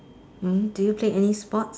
hmm do you play any sports